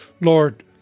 Lord